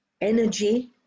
energy